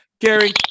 Gary